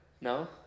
No